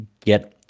get